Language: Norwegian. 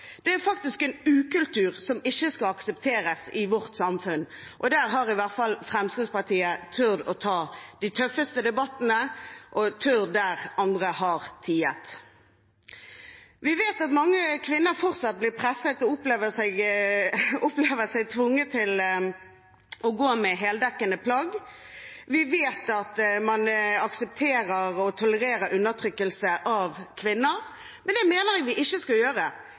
Det er en ukultur som ikke skal aksepteres i vårt samfunn. Der har i hvert fall Fremskrittspartiet turt å ta de tøffeste debattene og turt der andre har tiet. Vi vet at mange kvinner fortsatt blir presset og opplever seg tvunget til å gå med heldekkende plagg. Vi vet at man aksepterer og tolererer undertrykkelse av kvinner. Det mener jeg man ikke skal gjøre,